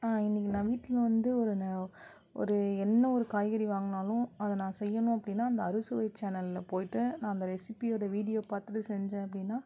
இன்றைக்கு நான் வீட்டில் வந்து ஒரு ஒரு என்ன ஒரு காய்கறி வாங்கினாலும் அதை நான் செய்யணும் அப்படினா அந்த அறுசுவை சேனலில் போயிட்டு நான் அந்த ரெசிபியோடய வீடியோவை பார்த்துட்டு செஞ்சேன் அப்படினா